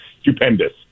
stupendous